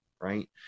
Right